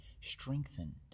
strengthened